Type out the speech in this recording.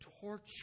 torture